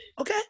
Okay